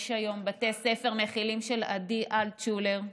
יש היום בתי ספר מכילים של עדי אלטשולר,